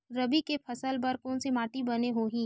रबी के फसल बर कोन से माटी बने होही?